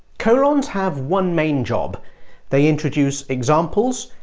colons have one main job they introduce examples,